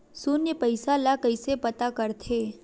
शून्य पईसा ला कइसे पता करथे?